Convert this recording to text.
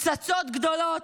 פצצות גדולות,